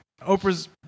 Oprah's